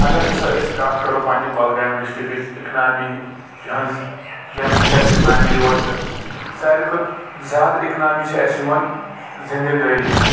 اگر ہسا أسۍ کتھ کرو پننہِ کۄلگامہِ ڈِسٹِکٕچ اِکنامی ۂنٛز ییٚمہِ سۭتۍ اَسہِ اِکنامی یِوان چھ سارِوٕے کھۄتہٕ زیٛادٕ اِکنامی چھ اَسہِ زمیٖندأری سۭتۍ